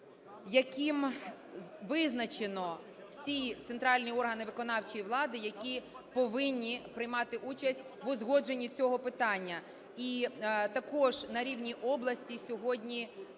яким визначено всі центральні органи виконавчої влади, які повинні приймати участь в узгодженні цього питання. І також на рівні області сьогодні